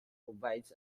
provides